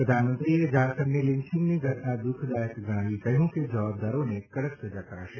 પ્રધાનમંત્રીએ ઝારખંડની લીંન્ચીંગની ઘટના દુઃખદાયક ગણાવી કહ્યું કે જવાબદારોને કડક સજા કરાશે